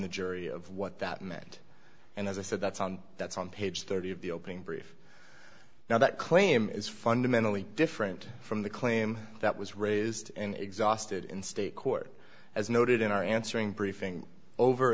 the jury of what that meant and as i said that's on that's on page thirty of the opening brief now that claim is fundamentally different from the claim that was raised and exhausted in state court as noted in our answering briefing over